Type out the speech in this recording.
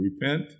Repent